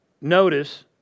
notice